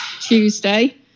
Tuesday